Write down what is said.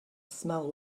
smell